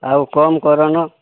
ଆଉ କମ୍ କରୁନ